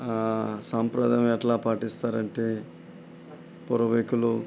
సాంప్రదాయం ఎట్లా పాటిస్తారు అంటే పుర్వికులు